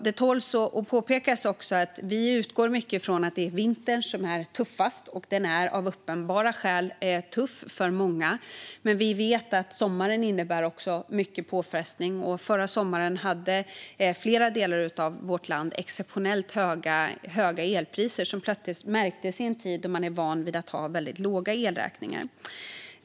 Det tål att påpekas att vi utgår från att vintern är tuffast för många, av uppenbara skäl, men vi vet att sommaren också innebär mycket påfrestningar. Förra sommaren hade flera delar av vårt land exceptionellt höga elpriser som plötsligt märktes i en tid då man är van att ha väldigt låga elräkningar.